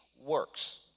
works